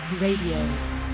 Radio